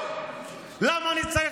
על זה שהוא תומך